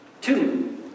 Two